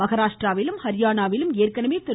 மகாராஷ்டிராவிலும் ஹரியானாவிலும் ஏற்கனவே திரு